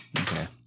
Okay